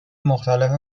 مختلف